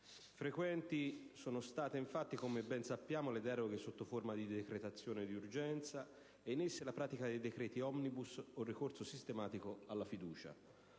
Frequenti sono state infatti, come ben sappiamo, le deroghe sotto forma di decretazione di urgenza e, in esse, la pratica dei decreti *omnibus* o il ricorso sistematico alla fiducia.